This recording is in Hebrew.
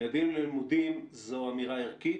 מ"מדים ללימודים", זו אמירה ערכית